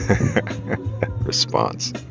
response